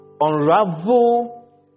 unravel